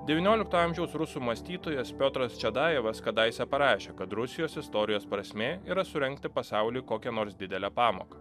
davyniolikto amžiaus rusų mąstytojas piotras čedajevas kadaise parašė kad rusijos istorijos prasmė yra surengti pasauliui kokią nors didelę pamoką